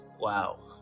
wow